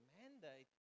mandate